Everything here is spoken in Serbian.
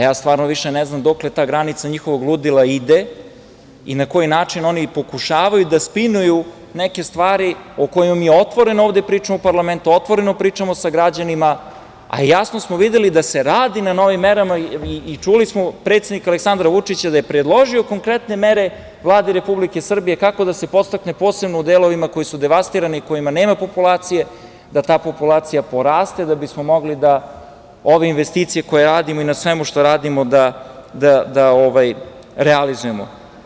Ja stvarno više ne znam dokle ta granica njihovog ludila ide i na koji način oni pokušavaju da spinuju neke stvari o kojima mi otvoreno ovde pričamo u parlamentu, otvoreno pričamo sa građanima, a jasno smo videli da se radi na novim merama i čuli smo predsednika Aleksandra Vučića da je predložio konkretne mere Vladi Republike Srbije kako da se podstakne, posebno u delovima koji su devastirani, u kojima nema populacije, da ta populacija poraste, da bismo mogli da ove investicije koje radimo i na svemu što radimo da realizujemo.